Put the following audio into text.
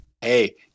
hey